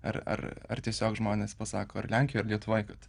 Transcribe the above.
ar ar ar tiesiog žmonės pasako ar lenkijoj ar lietuvoj kad